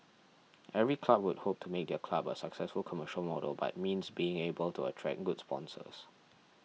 every club would hope to make their club a successful commercial model but means being able to attract good sponsors